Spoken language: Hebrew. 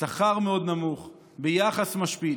בשכר מאוד נמוך וביחס משפיל.